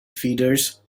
feeders